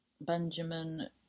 Benjamin